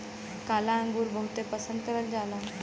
काला अंगुर बहुते पसन्द करल जाला